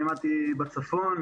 לימדתי בצפון,